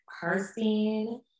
person